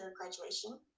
graduation